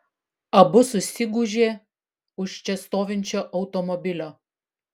abu susigūžė už čia stovinčio automobilio